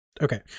okay